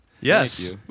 Yes